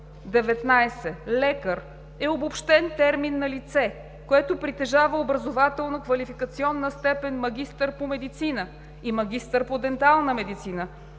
19. „Лекар“ е обобщен термин на лице, което притежава образователно-квалификационната степен „Магистър по медицина“ и „Магистър по дентална медицина